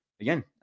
again